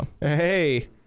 Hey